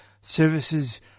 services